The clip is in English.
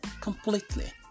completely